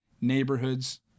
neighborhoods